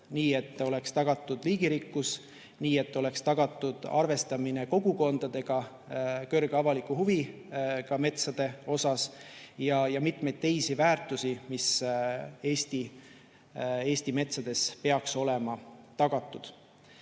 nii, et oleks tagatud liigirikkus, nii, et oleks tagatud arvestamine kogukondadega kõrge avaliku huviga metsade osas ja mitmeid teisi väärtusi, mis Eesti metsades peaks olema tagatud.